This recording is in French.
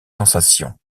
sensation